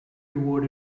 toward